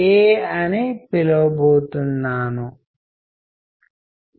కనీసం మనకు అతని పరిస్థితి గురించి తెలుస్తుంది